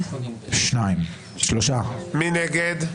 מי נגד?